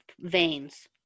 veins